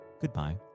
goodbye